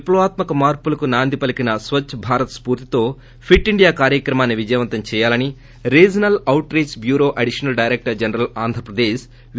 సమాజంలో విప్లవాత్మక మార్చులకు నాంది పలీకిన స్వచ్చభారత్ స్ఫూర్షితో ఫిట్ ఇండియా కార్యక్రమాన్ని విజయవంతం చేయాలని regional outreach bureau additional director general Andhra Pradesh వి